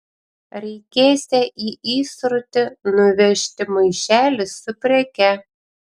reikėsią į įsrutį nuvežti maišelį su preke